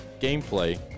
gameplay